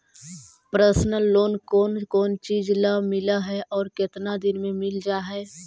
Personal loan कोन कोन चिज ल मिल है और केतना दिन में मिल जा है?